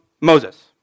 Moses